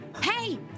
hey